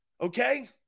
Okay